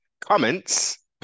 comments